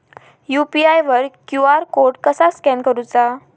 UPI वर QR code कसा scan करूचा?